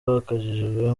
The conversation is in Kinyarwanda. wakajijwe